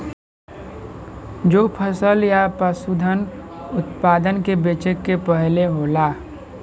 जो फसल या पसूधन उतपादन के बेचे के पहले होला